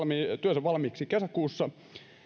työnsä valmiiksi kesäkuussa